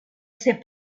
ser